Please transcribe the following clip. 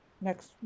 next